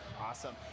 Awesome